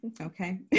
Okay